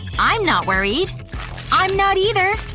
i'm not worried i'm not either.